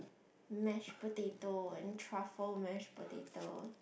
mashed potato and truffle mashed potato